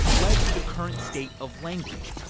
led to the current state of language.